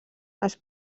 els